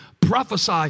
prophesy